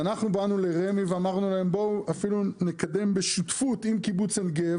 אנחנו באנו לרמ"י ואמרנו שנקדם בשותפות עם קיבוץ עין גב.